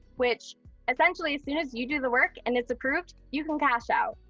which essentially as soon as you do the work and it's approved, you can cash out.